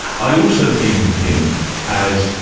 i also think of him as,